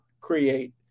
create